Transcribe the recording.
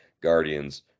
guardians